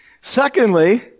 Secondly